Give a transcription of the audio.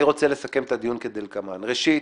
אני רוצה לסכם את הדיון כדלקמן: ראשית,